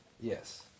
Yes